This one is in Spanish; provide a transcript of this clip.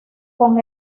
con